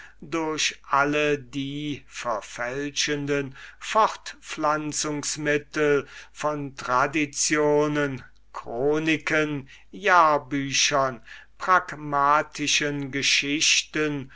durch alle die verfälschenden mediums von traditionen chroniken jahrbüchern pragmatischen geschichten